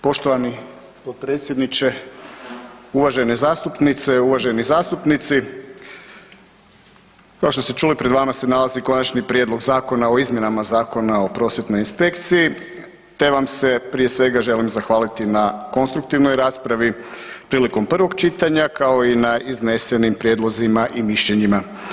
Poštovani potpredsjedniče, uvažene zastupnice, uvaženi zastupnici kao što ste čuli pred vama se nalazi Konačni prijedlog Zakona o izmjenama Zakona o prosvjetnoj inspekciji te vam se prije svega želim zahvaliti na konstruktivnoj raspravi prilikom prvog čitanja kao i na iznesenim prijedlozima i mišljenjima.